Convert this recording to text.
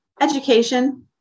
Education